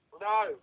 No